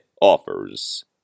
offers